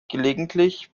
gelegentlich